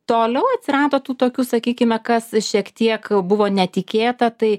toliau atsirado tų tokių sakykime kas šiek tiek buvo netikėta tai